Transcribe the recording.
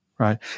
Right